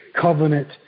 covenant